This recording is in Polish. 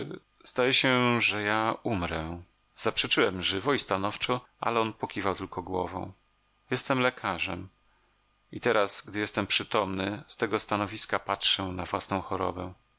zdaje się że ja umrę zaprzeczyłem żywo i stanowczo ale on pokiwał tylko głową jestem lekarzem i teraz gdy jestem przytomny z tego stanowiska patrzę na własną chorobę